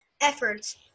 efforts